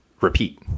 repeat